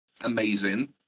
amazing